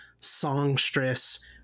songstress